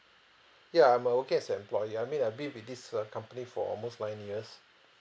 ya I'm uh working as a employee I mean I've been with this uh company for almost nine years